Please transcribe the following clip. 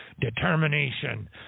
determination